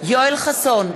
יואל חסון,